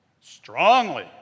strongly